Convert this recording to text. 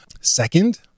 Second